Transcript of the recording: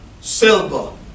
silver